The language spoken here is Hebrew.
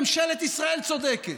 ממשלת ישראל צודקת.